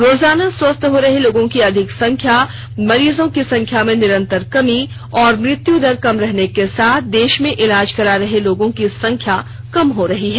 रोजाना स्वस्थ हो रहे लोगों की अधिक संख्या मरीजों की संख्या में निरंतर कमी और मृत्यु दर कम रहने के साथ देश में इलाज करा रहे लोगों की संख्या कम हो रही है